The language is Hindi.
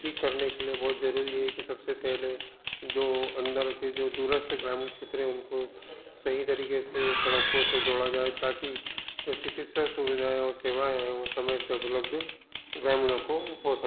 ठीक करने के लिए बहुत जरूरी है कि सबसे पहले जो अंदर के जो दूरस्थ ग्रामीण क्षेत्र हैं उनको सही तरीके से सड़कों से जोड़ा जाए ताकि जो चिकित्सा सुविधाएँ और सेवाएँ हैं वो समय से उपलब्ध ग्रामीणों को हो सके